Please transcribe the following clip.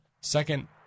second